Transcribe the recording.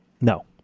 No